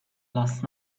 last